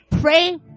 pray